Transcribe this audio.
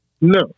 No